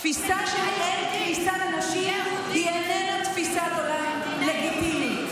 התפיסה של אין כניסה לנשים היא איננה תפיסת עולם לגיטימית.